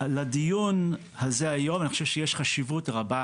על הדיון הזה היום אני חושב שיש חשיבות רבה